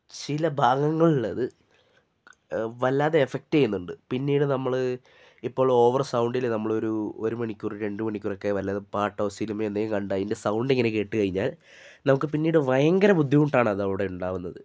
ചില ഭാഗങ്ങളിൽ അത് വല്ലാതെ എഫെക്ട് ചെയ്തിട്ടുണ്ട് പിന്നീട് നമ്മൾ ഇപ്പോൾ ഓവർ സൗണ്ടിൽ നമ്മൾ ഒരു മണിക്കൂർ രണ്ട് മണിക്കൂറുവരെ വല്ലതും പാട്ടോ സിനിമയോ എന്തെങ്കിലും കണ്ടാൽ അതിൻ്റെ സൗണ്ട് ഇങ്ങനെ കേട്ട് കഴിഞ്ഞാൽ നമുക്ക് പിന്നീട് ഭയങ്കര ബുദ്ധിമുട്ട് ആണ് അത് അവിടെ ഉണ്ടാകുന്നത്